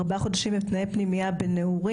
ארבעה חודשים עם תנאי פנימייה ב"נעורים".